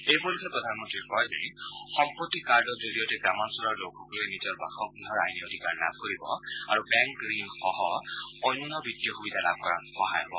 এই উপলক্ষে প্ৰধানমন্ত্ৰীয়ে কয় সম্পত্তি কাৰ্ডৰ জৰিয়তে গ্ৰামাঞ্চলৰ লোকসকলে নিজৰ বাসগৃহৰ আইনী অধিকাৰ লাভ কৰিব আৰু বেংক ঋণসহ অন্য বিত্তীয় সূবিধা লাভ কৰাত সহায় হ'ব